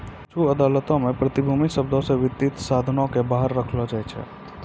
कुछु अदालतो मे प्रतिभूति शब्दो से वित्तीय साधनो के बाहर रखलो जाय छै